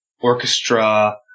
orchestra